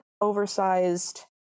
oversized